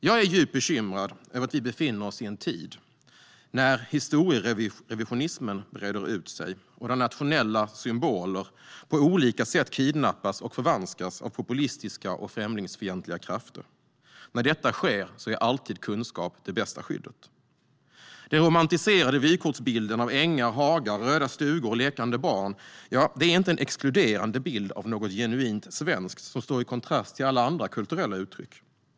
Jag är djupt bekymrad över att vi befinner oss i en tid när historierevisionismen breder ut sig och nationella symboler på olika sätt kidnappas och förvanskas av populistiska och främlingsfientliga krafter. När detta sker är alltid kunskap det bästa skyddet. Den romantiserade vykortsbilden av ängar, hagar, röda stugor och lekande barn är inte en exkluderande bild av något genuint svenskt som står i kontrast till alla andra kulturella uttryck.